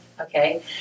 okay